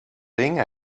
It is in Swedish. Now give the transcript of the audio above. ringa